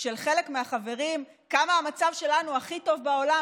של חלק מהחברים כמה המצב שלנו הכי טוב בעולם,